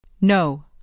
No